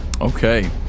Okay